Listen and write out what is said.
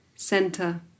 center